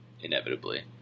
inevitably